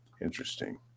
Interesting